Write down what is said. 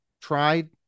tried